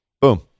Boom